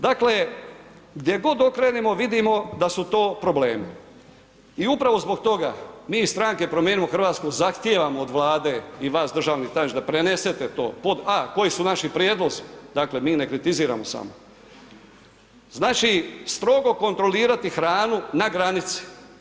Dakle, gdje god okrenemo vidimo da su to problemi i upravo zbog toga mi iz stranke Promijenimo Hrvatsku zahtijevamo od Vlade i vas državni tajniče, da prenesete to, pod a) koji su naši prijedlozi, dakle mi ne kritiziramo samo, znači strogo kontrolirati hranu na granici.